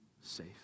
safe